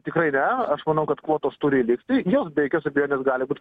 tikrai ne aš manau kad kvotos turi likti jos be jokios abejonės gali būt